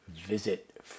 Visit